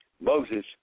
Moses